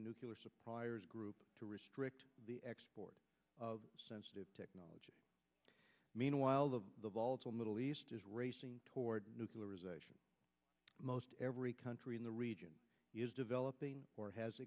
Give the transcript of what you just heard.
the nuclear suppliers group to restrict the export of sensitive technology meanwhile the volatile middle east is racing toward nuclear or most every country in the region is developing or has